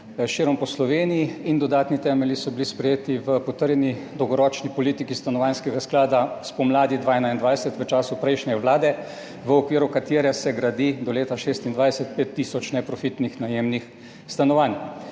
širom po Sloveniji. Dodatni temelji so bili sprejeti v potrjeni dolgoročni politiki stanovanjskega sklada spomladi 2021 v času prejšnje vlade, v okviru katere se gradi do leta 2026, 5 tisoč neprofitnih najemnih stanovanj.